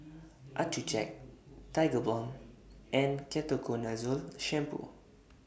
Accucheck Tigerbalm and Ketoconazole Shampoo